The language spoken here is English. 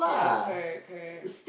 yeah correct correct